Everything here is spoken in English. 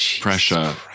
pressure